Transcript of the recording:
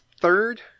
third